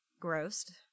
Grossed